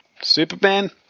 Superman